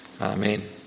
Amen